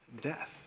death